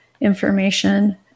information